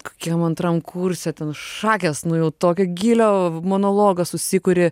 kokiam antram kurse ten šakės nu jau tokio gylio monologą susikuri